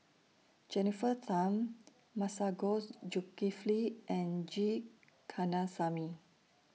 Jennifer Tham Masagos Zulkifli and G Kandasamy